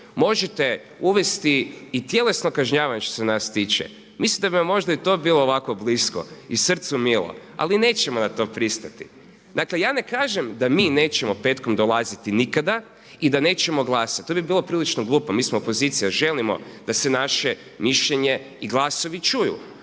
Možete uvesti i tjelesno kažnjavanje što se nas tiče, mislim da bi vam možda i to bilo ovako blisko i srcu milu, ali nećemo na to pristati. Dakle, ja ne kažem da mi nećemo petkom dolaziti nikada i da nećemo glasati. To bi bilo prilično glupo, mi smo opozicija i želimo da se naše mišljenje i glasovi čuju.